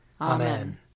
Amen